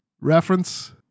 reference